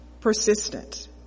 persistent